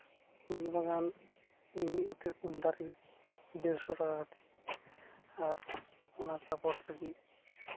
ᱩᱞ ᱵᱟᱜᱟᱱ ᱢᱤᱫ ᱜᱚᱴᱮᱡ ᱩᱞ ᱫᱟᱨᱮ ᱰᱮᱲᱥᱚ ᱴᱟᱠᱟ ᱠᱟᱛᱮᱫ ᱟᱨ ᱚᱱᱟ ᱥᱟᱯᱳᱨᱴ ᱞᱟᱹᱜᱤᱫ